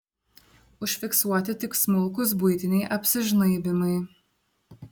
užfiksuoti tik smulkūs buitiniai apsižnaibymai